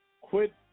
Quit